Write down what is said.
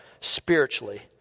spiritually